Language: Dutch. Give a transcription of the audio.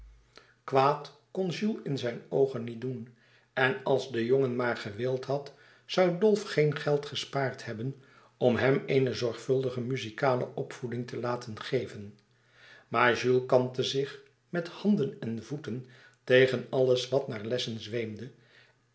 kwaad kon jules in zijn oogen niet doen en als de jongen maar gewild had zoû dolf geen geld gespaard hebben om hem eene zorgvuldige muzikale opvoeding te laten geven maar jules kantte zich met handen en voeten tegen alles wat naar lessen zweemde